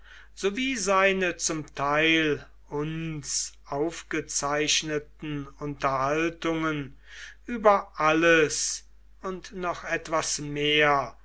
sowie seine zum teil uns aufgezeichneten unterhaltungen über alles und noch etwas mehr